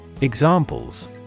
Examples